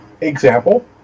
example